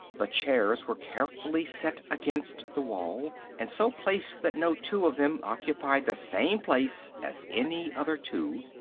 the chairs were carefully set against the wall, and so placed that no two of them occupied the same place as any other two,